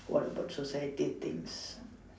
what about society thinks